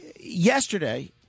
Yesterday